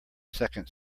second